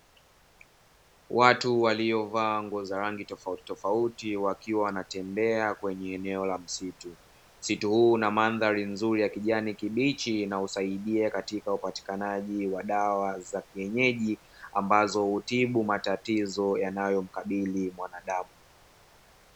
Watu waliovaa nguo za rangi tofautitofauti wakiwa wanatembea kwenye eneo la msitu. Msitu huu una mandhari nzuri ya kijani kibichi na husaidia katika upatikanaji wa dawa za kienyeji ambazo hutibu matatizo yanayomkabili mwanadamu.